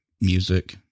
music